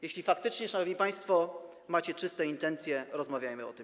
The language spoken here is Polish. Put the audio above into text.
Jeśli faktycznie, szanowni państwo, macie czyste intencje, rozmawiajmy o tym.